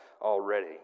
already